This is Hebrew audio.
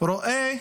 רואה